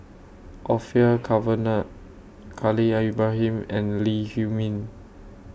Orfeur Cavenagh Khalil Ibrahim and Lee Huei Min